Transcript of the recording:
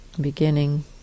Beginning